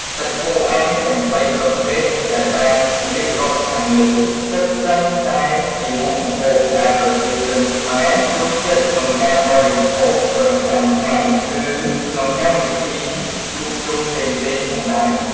សាច់គោអាំងទាំងបីប្រភេទដែលបានរៀបរាប់ខាងលើសុទ្ធសឹងតែជាមុខម្ហូបដែលប្រជាជនខ្មែរចូលចិត្តក្នុងការបរិភោគប្រចាំថ្ងៃ ឬក្នុងកម្មវិធីជួបជុំផ្សេងៗផងដែរ។